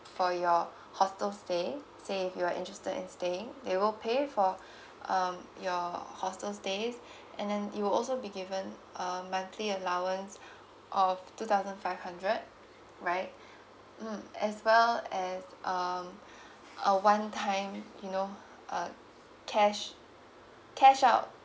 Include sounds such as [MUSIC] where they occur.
for your hostel stay say if you're interested in staying they will pay for [BREATH] um your hostel stays [BREATH] and then you will also be given um monthly allowance [BREATH] of two thousand five hundred right [BREATH] mm as well as um [BREATH] a one time you know uh cash cash out